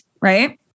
right